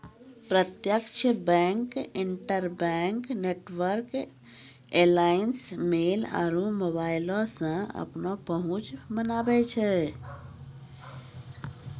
प्रत्यक्ष bank, interbank network alliance, mail आरु मोबाइलो से अपनो पहुंच बनाबै छै